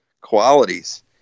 qualities